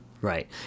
Right